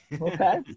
Okay